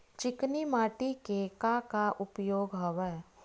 चिकनी माटी के का का उपयोग हवय?